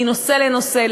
מנושא לנושא,